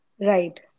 Right